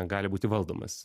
gali būti valdomas